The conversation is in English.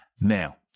Now